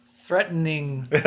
Threatening